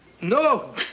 No